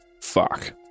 Fuck